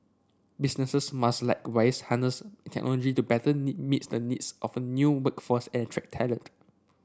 businesses must likewise harness technology to better meet the needs of a new workforce and attract talent